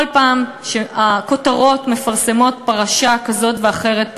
כל פעם שהכותרות מפרסמות פרשה כזאת ואחרת,